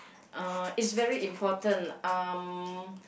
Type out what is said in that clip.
uh it's very important um